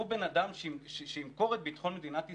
הוא בן אדם שימכור את ביטחון מדינת ישראל?